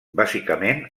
bàsicament